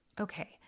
Okay